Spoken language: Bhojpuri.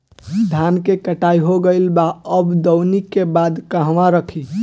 धान के कटाई हो गइल बा अब दवनि के बाद कहवा रखी?